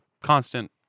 constant